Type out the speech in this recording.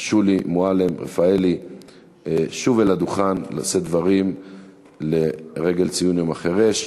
שולי מועלם-רפאלי שוב אל הדוכן לשאת דברים לרגל ציון יום החירש.